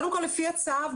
לפי הצו,